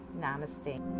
Namaste